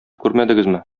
күрмәдегезме